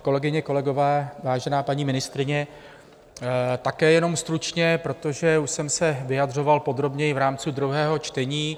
Kolegyně, kolegové, vážená paní ministryně, také jenom stručně, protože už jsem se vyjadřoval podrobněji v rámci druhého čtení.